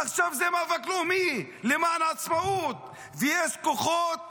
עכשיו זה מאבק לאומי למען עצמאות, ויש כוחות